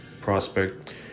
prospect